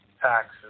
taxes